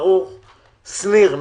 ברוך שניר,